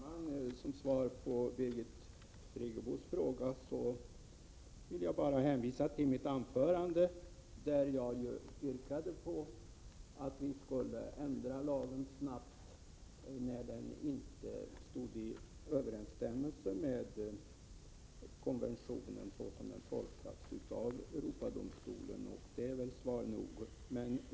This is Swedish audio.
Herr talman! Som svar på Birgit Friggebos fråga vill jag bara hänvisa till mitt anförande, där jag yrkade på att vi skall ändra lagen så snart som möjligt när den inte står i överensstämmelse med konventionen så som den tolkats av Europadomstolen. Det är väl svar nog.